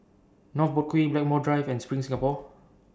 North Boat Quay Blackmore Drive and SPRING Singapore